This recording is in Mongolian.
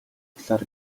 талаар